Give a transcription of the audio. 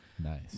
nice